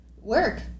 Work